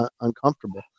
uncomfortable